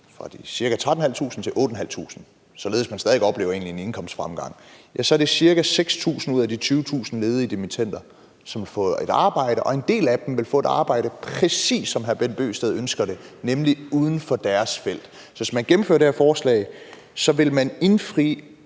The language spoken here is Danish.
fra de ca. 13.500 kr. til 8.500 kr., således at man stadig væk oplever en egentlig indkomstfremgang, så er det ca. 6.000 ud af de 20.000 ledige dimittender, som har fået et arbejde, og en del af dem vil få et arbejde, præcis som hr. Bent Bøgsted ønsker det, nemlig uden for deres felt. Så hvis man gennemfører det her forslag, vil man indfri